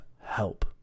help